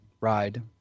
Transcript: ride